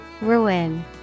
Ruin